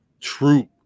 True